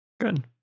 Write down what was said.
good